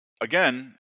again